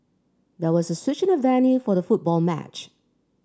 there was a switch in the venue for the football match